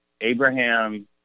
Abraham